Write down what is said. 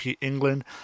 England